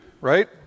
right